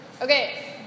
Okay